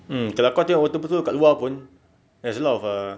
mm kalau kau tengok betul-betul kat luar pun there's a lot of a